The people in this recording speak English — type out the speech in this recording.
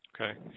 Okay